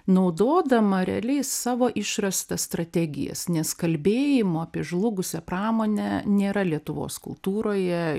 naudodama realiai savo išrastas strategijas nes kalbėjimo apie žlugusią pramonę nėra lietuvos kultūroje